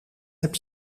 heb